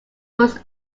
was